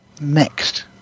next